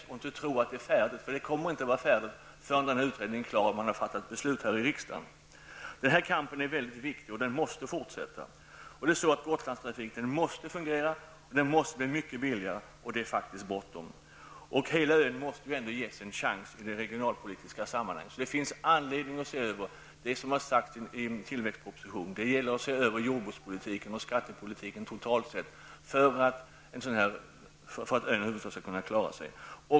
Man får inte tro att det är färdigt, för det kommer det inte att vara förrän utredningen är klar och man har fattat beslut i riksdagen. Kampen är viktig och måste fortsätta. Gotlandstrafiken måste fungera och bli mycket billigare. Det är faktiskt bråttom! Hela Gotlandstrafiken måste ges en chans i de regionalpolitiska sammanhanget. Det finns anledning att se över det som har sagts i tilläggspropositionen. Det gäller att se över jordbruks och skattepolitiken totalt sett för att ön skall kunna klara sig.